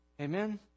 Amen